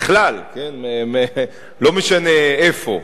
בכלל, לא משנה איפה,